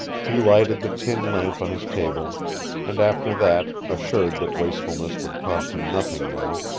he lighted the tin lamp on his table and after that, assured that wastefulness would cost him nothing now,